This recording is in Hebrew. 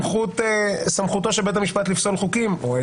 סמכותו או היעדר סמכותו של בית המשפט לפסול חוקים.